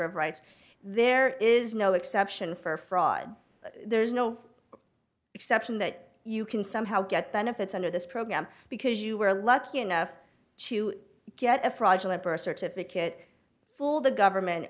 of rights there is no exception for fraud there's no exception that you can somehow get benefits under this program because you were lucky enough to get a fraudulent birth certificate fool the government